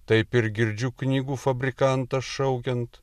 taip ir girdžiu knygų fabrikantą šaukiant